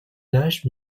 âge